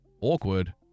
Awkward